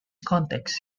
context